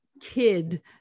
kid